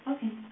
Okay